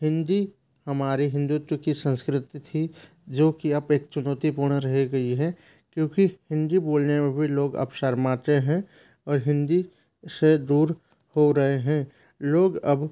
हिंदी हमारे हिंदुत्व की संस्कृति थी जो कि अब एक चुनौती पूर्ण रह गई है क्योंकि हिंदी बोलने में भी लोग अब शर्माते हैं और हिंदी से दूर हो रहे हैं लोग अब